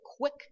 quick